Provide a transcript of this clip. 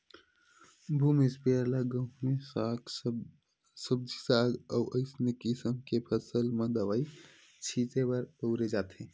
boom sprayer ल गहूँए सब्जी साग अउ असइने किसम के फसल म दवई छिते बर बउरे जाथे